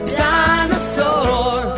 dinosaur